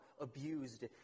abused